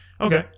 Okay